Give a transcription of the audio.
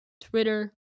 Twitter